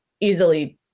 easily